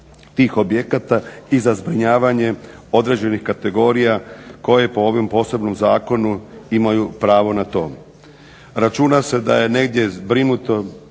tih objekata i za zbrinjavanje određenih kategorija koje po ovom posebnom zakonu imaju pravo na to. Računa se da je negdje zbrinuto